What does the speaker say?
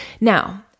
Now